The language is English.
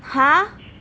!huh!